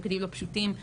תפקידים לא פשוטים.